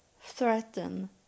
threaten